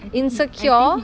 insecure